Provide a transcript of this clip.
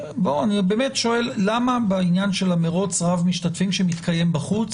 אני באמת שואל למה בעניין של מרוץ רב משתתפים שמתקיים בחוץ